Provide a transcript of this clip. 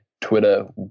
Twitter